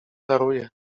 daruję